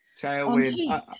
Tailwind